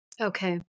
Okay